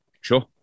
sure